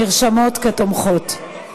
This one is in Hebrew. נרשמות כתומכות.